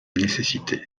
nécessité